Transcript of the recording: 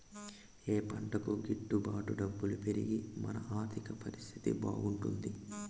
ఏ పంటకు గిట్టు బాటు డబ్బులు పెరిగి మన ఆర్థిక పరిస్థితి బాగుపడుతుంది?